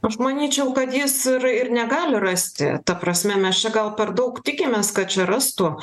aš manyčiau kad jis ir ir negali rasti ta prasme mes čia gal per daug tikimės kad čia rastų